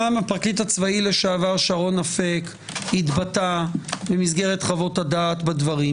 גם הפרקליט הצבאי לשעבר שרון אפק התבטא במסגרת חוות הדעת בדברים.